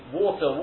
water